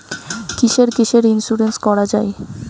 কিসের কিসের ইন্সুরেন্স করা যায়?